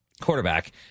quarterback